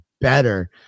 better